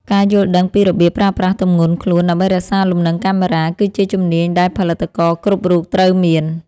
ការយល់ដឹងពីរបៀបប្រើប្រាស់ទម្ងន់ខ្លួនដើម្បីរក្សាលំនឹងកាមេរ៉ាគឺជាជំនាញដែលផលិតករគ្រប់រូបត្រូវមាន។